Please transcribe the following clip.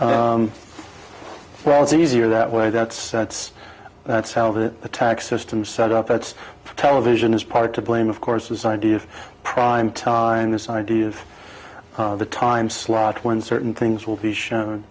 right well it's easier that way that's that's that's how that the tax system set up it's television is part to blame of course this idea of primetime this idea of the time slot when certain things will be shown